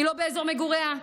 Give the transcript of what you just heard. היא לא באזור מגוריה,